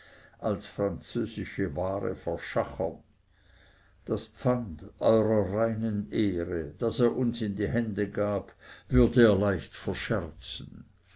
als französische ware verschachern das pfand eurer reinen ehre das er uns in die hände gab würde er leicht verscherzen